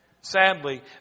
Sadly